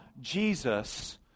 Jesus